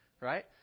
right